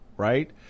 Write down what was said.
Right